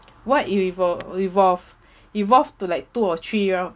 what it will evolve evolve evolve to like two or three round